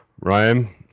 Ryan